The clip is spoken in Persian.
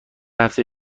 هفته